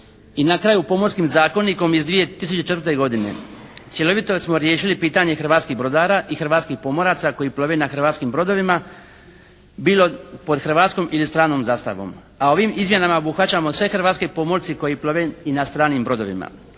I na kraju Pomorskim zakonikom iz 2004. cjelovito smo riješili pitanje hrvatskih brodara i hrvatskih pomoraca koji plove na hrvatskim brodovima bilo pod hrvatskom ili stranom zastavom, a ovim izmjenama obuhvaćamo sve hrvatske pomorce koji plove i na stranim brodovima.